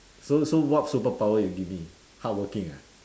so so what superpower you give me hardworking ah